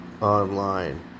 online